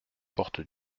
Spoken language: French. porte